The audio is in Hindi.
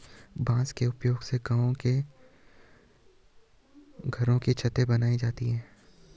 बांस के उपयोग से गांव में घरों की छतें बनाई जाती है